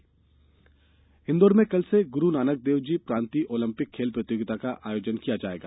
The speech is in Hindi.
ओलंपिक इंदौर में कल से गुरू नानकदेवजी प्रांतीय ओलम्पिक खेल प्रतियोगिता का आयोजन किया जाएगा